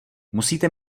musíte